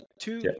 two